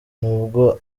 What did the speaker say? nubwo